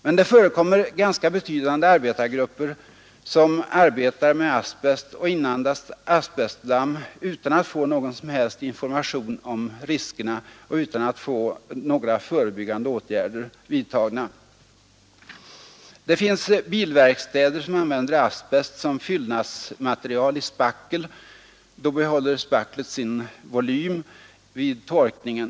Men det förekommer ganska betydande arbetargrupper som arbetar med asbest och inandas asbestdamm utan att få någon som helst information om riskerna och utan att några förebyggande åtgärder vidtas. Det finns bilverkstäder som använder asbest som fyllnadsmaterial i spackel — då behåller spacklet sin volym vid torkningen.